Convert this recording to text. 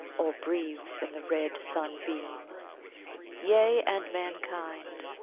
or breathes in the red sunbeam yea, and mankind.